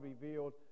revealed